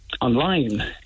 online